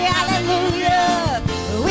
Hallelujah